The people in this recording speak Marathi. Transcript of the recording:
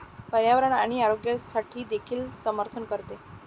पर्यावरण आणि आरोग्यासाठी देखील समर्थन करते